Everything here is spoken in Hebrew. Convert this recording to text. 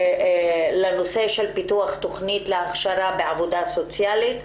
בנושא פיתוח תוכנית להכשרה בעבודה סוציאלית.